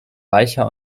reicher